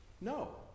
No